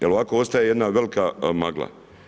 Jer ovako ostaje jedna velika magla.